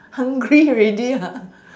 hungry already